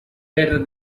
better